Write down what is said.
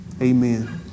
Amen